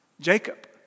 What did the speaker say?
Jacob